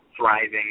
Thriving